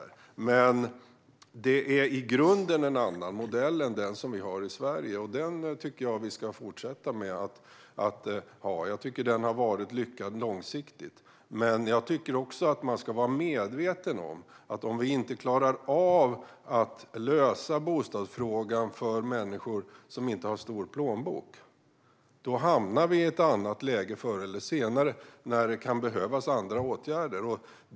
I grunden är det en annan modell än den som vi har i Sverige och som jag tycker att vi ska fortsätta att ha. Jag tycker att den har varit lyckad långsiktigt, men jag tycker också att man ska vara medveten om att om vi inte klarar av att lösa bostadsfrågan för människor som inte har stor plånbok hamnar vi i ett annat läge förr eller senare när det kan behövas andra åtgärder.